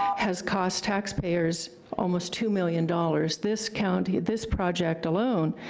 has cost taxpayers almost two million dollars. this county, this project alone,